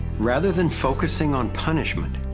rather than focusing on punishment,